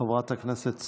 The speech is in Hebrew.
חברת הכנסת סטרוק,